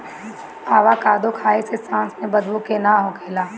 avocado खाए से सांस में बदबू के ना होखेला